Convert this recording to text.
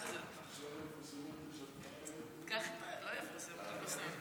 הודעה לסגנית מזכירת הכנסת.